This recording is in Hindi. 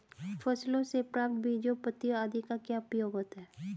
फसलों से प्राप्त बीजों पत्तियों आदि का क्या उपयोग होता है?